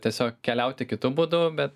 tiesiog keliauti kitu būdu bet